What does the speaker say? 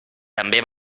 també